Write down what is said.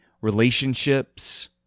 relationships